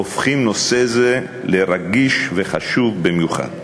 הופכות נושא זה לרגיש וחשוב במיוחד.